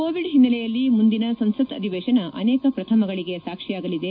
Covid ಹಿನ್ನೆಲೆಯಲ್ಲಿ ಮುಂದಿನ ಸಂಸತ್ ಅಧಿವೇಶನ ಅನೇಕ ಪ್ರಥಮಗಳಿಗೆ ಸಾಕ್ಷಿಯಾಗಲಿದೆ